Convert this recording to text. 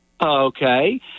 Okay